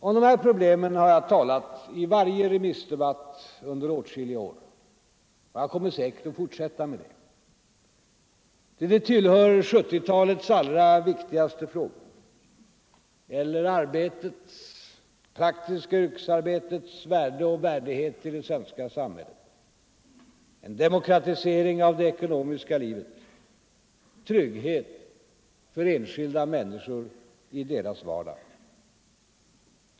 Om dessa problem har jag talat i varje remissdebatt under åtskilliga år, och jag kommer säkert att fortsätta därmed. Ty de tillhör 70-talets allra viktigaste frågor. Det gäller det praktiska yrkesarbetets värde och värdighet i det svenska samhället; en demokratisering av det ekonomiska livet, trygghet för enskilda människor i deras vardag.